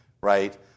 right